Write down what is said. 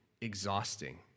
exhausting